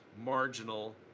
marginal